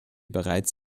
bereits